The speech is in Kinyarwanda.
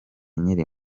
nkiri